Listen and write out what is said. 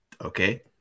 okay